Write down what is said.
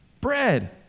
Bread